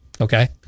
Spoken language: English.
Okay